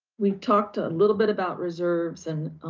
we talked a little bit about reserves. and,